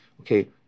okay